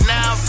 Now